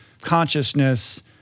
consciousness